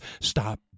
Stop